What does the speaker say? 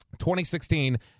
2016